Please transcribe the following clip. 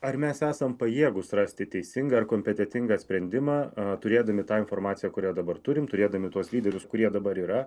ar mes esam pajėgūs rasti teisingą ir kompetentingą sprendimą turėdami tą informaciją kurią dabar turim turėdami tuos lyderius kurie dabar yra